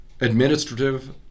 Administrative